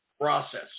process